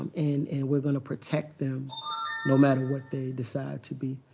and we're gonna protect them no matter what they decide to be.